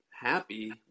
happy